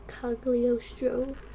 Cagliostro